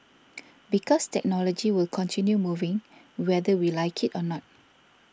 because technology will continue moving whether we like it or not